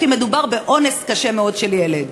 כי מדובר באונס קשה מאוד של ילד?